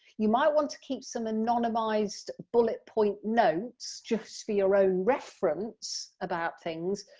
you might want to keep some anonymous bullet point notes just for your own reference about things,